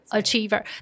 achiever